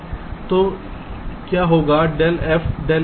तो क्या होगा del f del a